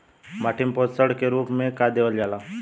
माटी में पोषण के रूप में का देवल जाला?